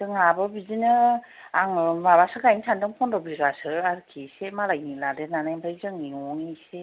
जोंहाबो बिदिनो आं माबासो गायनो सानदों पन्द्र' बिगासो आरोखि एसे मालायनि लादेरनानै आमफ्राय जोंनि न'नि एसे